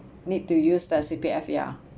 need to use the C_P_F ya